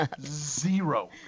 Zero